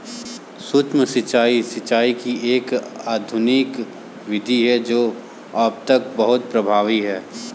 सूक्ष्म सिंचाई, सिंचाई की एक आधुनिक विधि है जो अब तक बहुत प्रभावी है